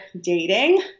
dating